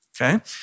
okay